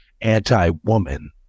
anti-woman